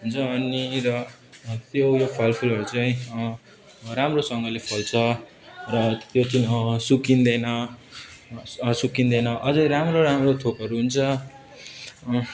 अनि र त्यो उयो फलफुलहरू चाहिँ राम्रोसँगले फल्छ र त्यो चाहिँ सुक्दैन सुक्दैन अझै राम्रो राम्रो थोकहरू हुन्छ